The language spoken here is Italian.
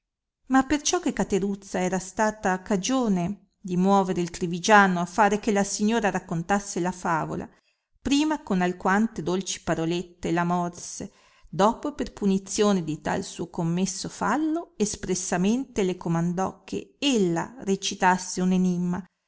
ma perciò che cateruzza era slata cagione di muovere il trivigiano a fare che la signora raccontasse la favola prima con alquante dolci parolette la morse dopo per punizione di tal suo commesso fallo espressamente le comandò che ella recitasse uno